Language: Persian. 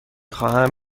خواهم